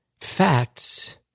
facts